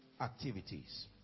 activities